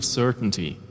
certainty